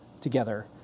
together